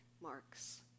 marks